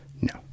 No